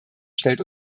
stellt